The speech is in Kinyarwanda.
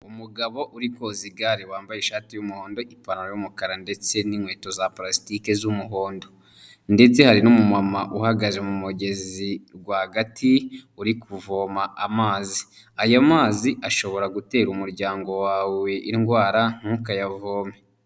Umugabo uri koza igare wambaye ishati y'umuhondo, ipantaro y'umukara ndetse n'inkweto za parasitike z'umuhondo ndetse hari n'umumama uhagaze mu mugezi rwagati uri kuvoma amazi, aya mazi ashobora gutera umuryango wawe indwara ntukayavome.